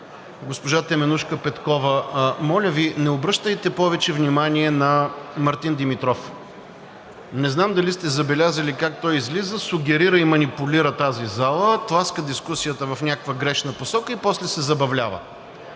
госпожа Теменужка Петкова – моля Ви, не обръщайте повече внимание на Мартин Димитров. Не знам дали сте забелязали как той излиза, сугестира и манипулира тази зала, тласка дискусията в някаква грешна посока и после се забавлява.